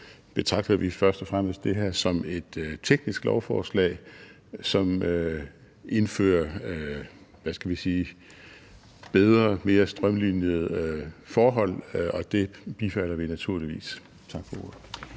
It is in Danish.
betragter vi først og fremmest det her som et teknisk lovforslag, som indfører – hvad skal vi sige – bedre og mere strømlinede forhold, og det bifalder vi naturligvis. Tak for ordet.